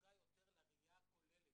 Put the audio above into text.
זקוקה יותר לראייה הכוללת.